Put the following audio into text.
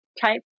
type